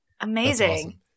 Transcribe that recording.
Amazing